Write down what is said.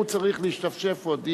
הוא צריך להשתפשף עוד,